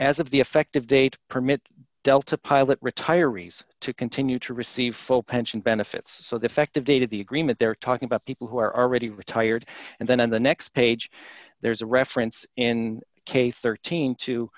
as of the effective date permit delta pilot retirees to continue to receive full pension benefits so the effective date of the agreement they're talking about people who are already retired and then on the next page there's a reference in case thirteen to